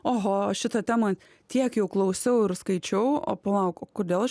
oho šitą temą tiek jau klausiau ir skaičiau o palauk kodėl aš